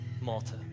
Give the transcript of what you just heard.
Malta